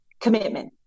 Commitment